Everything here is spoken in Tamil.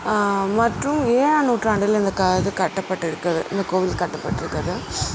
மற்றும் ஏழாம் நூற்றாண்டில் இந்த க இது கட்டப்பட்டு இருக்குது இந்த கோவில் கட்டப்பட்டு இருக்குது